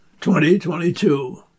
2022